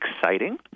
exciting